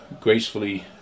gracefully